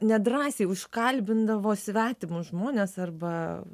nedrąsiai užkalbindavo svetimus žmones arba